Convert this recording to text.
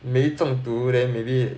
没中毒 then maybe